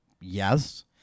Yes